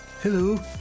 Hello